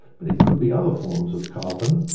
but it could be other forms of carbon,